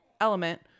Element